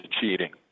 cheating